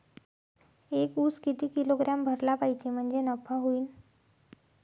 एक उस किती किलोग्रॅम भरला पाहिजे म्हणजे नफा होईन?